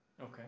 Okay